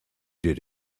did